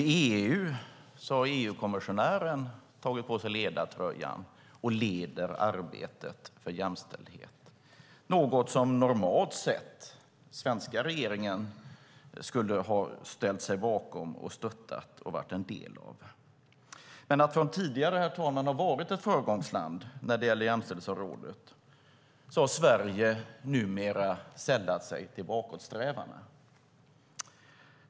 I EU har EU-kommissionären tagit på sig ledartröjan och leder arbetet för jämställdhet, vilket normalt sett den svenska regeringen skulle ha ställt sig bakom, stöttat och varit en del av. Från att tidigare, herr talman, ha varit ett föregångsland på jämställdhetsområdet har Sverige numera sällat sig till bakåtsträvarna.